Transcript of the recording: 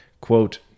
quote